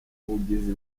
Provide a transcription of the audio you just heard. bugizi